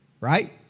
right